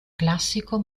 classico